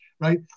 right